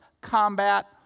combat